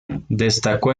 destacó